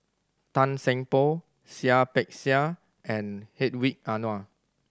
Tan Seng Poh Seah Peck Seah and Hedwig Anuar